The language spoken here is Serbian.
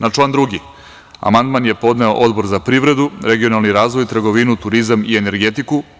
Na član 2. amandman je podneo Odbor za privredu, regionalni razvoj, trgovinu, turizam i energetiku.